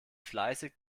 fleißig